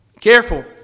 Careful